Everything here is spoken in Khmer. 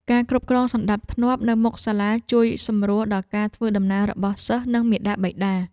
ការគ្រប់គ្រងសណ្តាប់ធ្នាប់នៅមុខសាលាជួយសម្រួលដល់ការធ្វើដំណើររបស់សិស្សនិងមាតាបិតា។